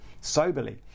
soberly